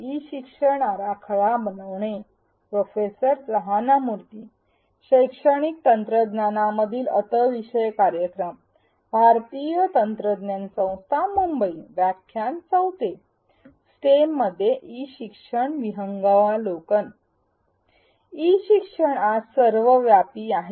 E शिक्षण आज सर्वव्यापी आहे